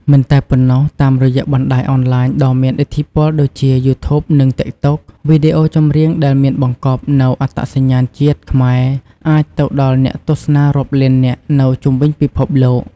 មិនតែប៉ុណ្ណោះ តាមរយៈបណ្ដាញអនឡាញដ៏មានឥទ្ធិពលដូចជា យូធូប និង តិកតុក វីដេអូចម្រៀងដែលមានបង្កប់នូវអត្តសញ្ញាណជាតិខ្មែរអាចទៅដល់អ្នកទស្សនារាប់លាននាក់នៅជុំវិញពិភពលោក។